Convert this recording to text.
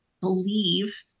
believe